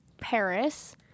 Paris